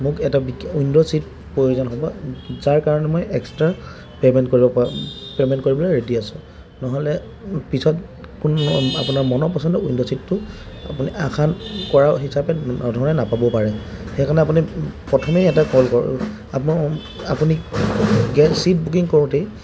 মোক এটা window seat প্ৰয়োজন হ'ব যাৰ কাৰণে মই এক্সট্ৰা পে'মেণ্ট কৰিব পাৰো পে'মেণ্ট কৰিবলৈ ৰেডি আছোঁ নহ'লে পিছত কোন আপোনাৰ মনৰ পচন্দৰ উইণ্ড' ছিটটো আপুনি আশা কৰা হিচাপে ধৰণে নাপাব পাৰে সেইকাৰণে আপুনি প্ৰথমেই এটা কল কৰ আপ আপুনি ছিট বুকিং কৰোঁতেই